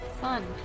Fun